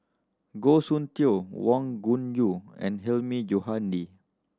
Goh Soon Tioe Wang Gungwu and Hilmi Johandi